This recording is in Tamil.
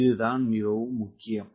இது தான் மிகவும் முக்கியம்